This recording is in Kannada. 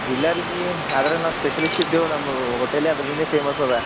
ಇಲ್ಲ ರೀ ಆದ್ರ ನಾವು ಸ್ಪೆಷಲಿಸ್ಟ್ ಇದ್ದೇವು ನಮ್ಗೆ ಹೋಟೆಲೆ ಅದ್ರ್ಲಿಂದೆ ಫೇಮಸ್ ಅದ